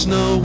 no